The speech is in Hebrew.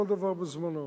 כל דבר בזמנו.